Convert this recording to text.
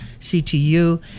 CTU